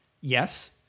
Yes